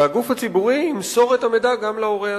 והגוף הציבורי ימסור את המידע גם להורה הזה.